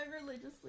religiously